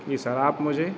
जी sir आप मुझे